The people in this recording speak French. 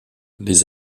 les